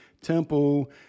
Temple